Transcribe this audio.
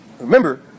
Remember